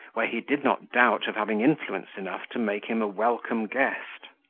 where he did not doubt of having influence enough to make him a welcome guest.